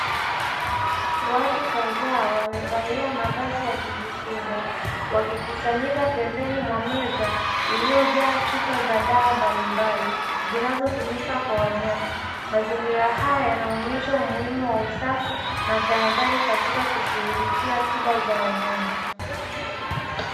Watu kadhaa wamevalia mavazi ya kujikinga, wakikusanyika pembezoni mwa meza iliyojaa chupa za dawa mbalimbali zinazotumika kwa wanyama. Mazingira haya yanaonesha umuhimu wa usafi na tahadhari Katika kushughulikia tiba za wanyama.